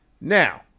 Now